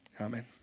Amen